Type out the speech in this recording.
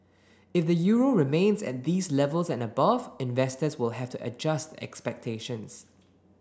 if the euro remains at these levels and above investors will have to adjust expectations